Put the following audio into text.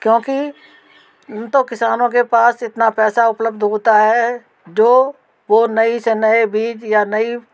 क्योंकि यूं तो किसानों के पास इतना पैसा उपलब्ध होता है जो वो नई से नए बीज या नई